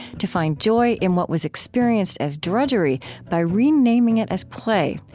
to find joy in what was experienced as drudgery by renaming it as play,